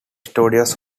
studios